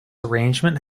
arrangement